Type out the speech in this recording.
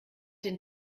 den